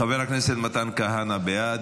חבר הכנסת מתן כהנא בעד.